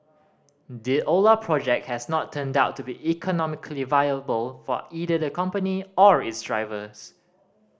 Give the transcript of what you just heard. the Ola project has not turned out to be economically viable for either the company or its drivers